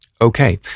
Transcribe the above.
Okay